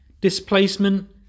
Displacement